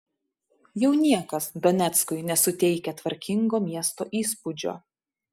jau niekas doneckui nesuteikia tvarkingo miesto įspūdžio